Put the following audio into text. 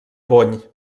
bony